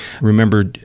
Remember